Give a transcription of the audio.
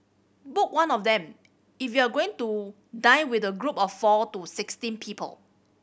book one of them if you are going to dine with a group of four to sixteen people